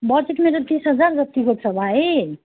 budget मेरो तिस हजार जतिको छ भाइ